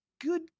good